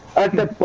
at the